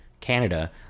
Canada